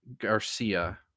Garcia